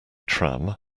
tram